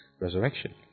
resurrection